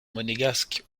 monégasque